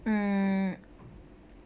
mm